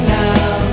now